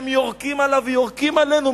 הם יורקים עליו ויורקים עלינו.